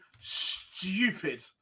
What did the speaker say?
stupid